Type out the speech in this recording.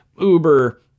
Uber